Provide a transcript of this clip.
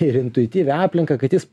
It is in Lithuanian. ir intuityvią aplinką kad jis